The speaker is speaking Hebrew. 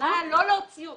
הכוונה לא להוציא אותו.